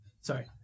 Sorry